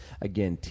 Again